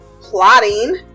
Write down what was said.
plotting